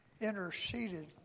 interceded